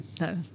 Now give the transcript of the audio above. No